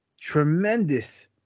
tremendous